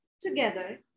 together